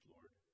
Lord